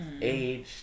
age